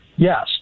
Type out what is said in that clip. Yes